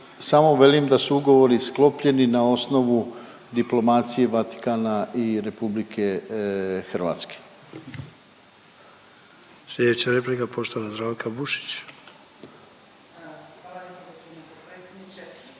samo velim da su ugovori sklopljeni na osnovu diplomacije Vatikana i RH.